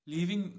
Leaving